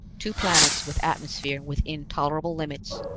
two planets with atmosphere within tolerable limits,